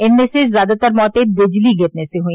इनमें से ज्यादातर मौतें बिजली गिरने से हुई